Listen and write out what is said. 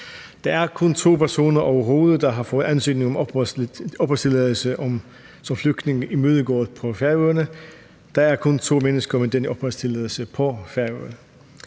Der er kun to personer overhovedet, der har fået ansøgning om opholdstilladelse som flygtning imødegået på Færøerne. Der er kun to mennesker med den opholdstilladelse på Færøerne.